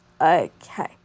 Okay